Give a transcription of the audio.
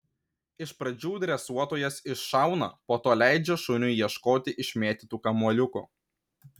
iš pradžių dresuotojas iššauna po to leidžia šuniui ieškoti išmėtytų kamuoliukų